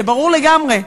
זה ברור לגמרי.